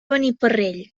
beniparrell